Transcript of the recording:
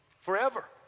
forever